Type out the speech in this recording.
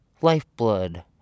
Lifeblood